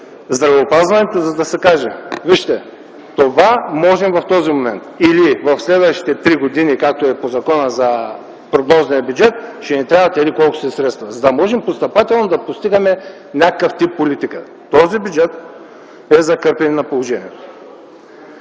здравеопазването, за да се каже: „Това можем в този момент”, или „В следващите три години, както е по Закона за прогнозния бюджет, ще ни трябват еди-колко си средства, за да можем постъпателно да постигаме някакъв тип политика”. Този бюджет е закърпване на положението.